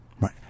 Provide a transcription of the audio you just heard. right